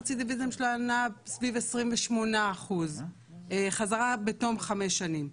הרצידיביזם שלו נע סביב 28% חזרה בתום חמש שנים.